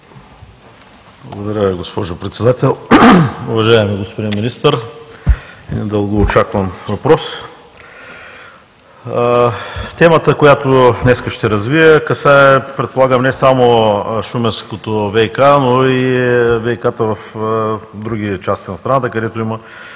Благодаря Ви, госпожо Председател. Уважаеми господин Министър, един дългоочакван въпрос. Темата, която днес ще развия, предполагам касае не само шуменското ВиК, но и ВиК в други части на страната, където има